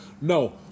No